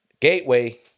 gateway